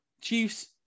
Chiefs